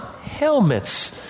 helmets